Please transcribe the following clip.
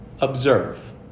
observe